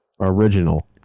original